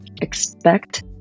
expect